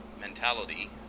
mentality